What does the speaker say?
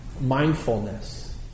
mindfulness